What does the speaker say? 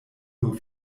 nur